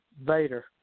Vader